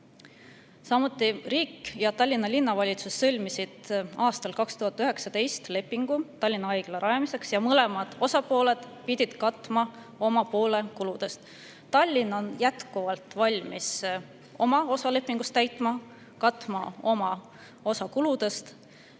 Samuti, riik ja Tallinna Linnavalitsus sõlmisid aastal 2019 lepingu Tallinna Haigla rajamiseks ja mõlemad osapooled pidid katma oma poole kuludest. Tallinn on jätkuvalt valmis oma osa lepingust täitma, katma oma osa kuludest.